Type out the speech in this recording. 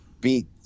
beat